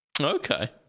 okay